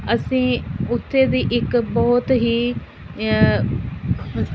ਅਸੀਂ ਉੱਥੇ ਦੀ ਇੱਕ ਬਹੁਤ ਹੀ